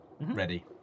ready